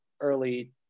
early